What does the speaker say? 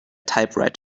typewriter